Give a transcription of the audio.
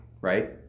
right